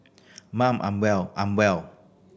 mum I'm well I'm well